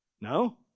No